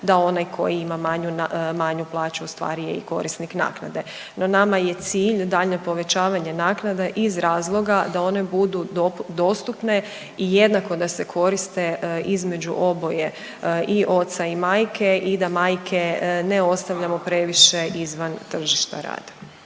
da onaj koji imaju manju plaću ustvari je i korisnik naknade no nama je cilj daljnje povećavanje naknada iz razloga da one budu dostupne i jednako da se koriste između oboje i oca i majke i da majke ne ostavljamo previše izvan tržišta rada.